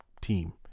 team